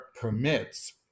permits